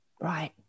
Right